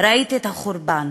ראיתי את החורבן